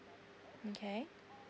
mm K